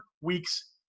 weeks